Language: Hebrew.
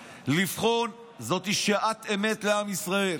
לבחון, זאת שעת אמת לעם ישראל.